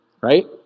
right